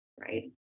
Right